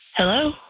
Hello